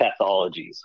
pathologies